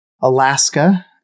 Alaska